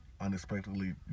unexpectedly